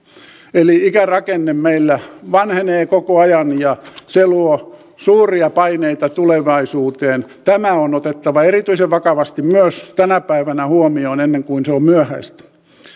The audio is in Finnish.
eli ikärakenne meillä vanhenee koko ajan ja se luo suuria paineita tulevaisuuteen tämä on otettava erityisen vakavasti huomioon myös tänä päivänä ennen kuin se on myöhäistä